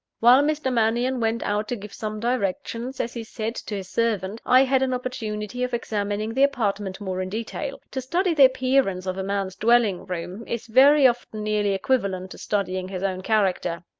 while mr. mannion went out to give some directions, as he said, to his servant, i had an opportunity of examining the apartment more in detail. to study the appearance of a man's dwelling-room, is very often nearly equivalent to studying his own character.